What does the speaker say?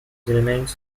remains